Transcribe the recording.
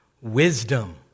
Wisdom